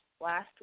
last